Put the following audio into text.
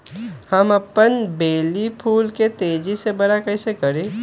हम अपन बेली फुल के तेज़ी से बरा कईसे करी?